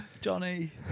Johnny